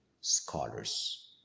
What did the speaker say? scholars